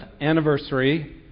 anniversary